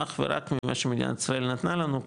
אך ורק ממה שמדינת ישראל נתנה לנו,